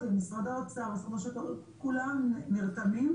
כשהיא הנפיקה,